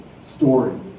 story